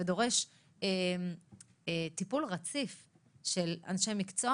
זה דורש טיפול רציף של אנשי מקצוע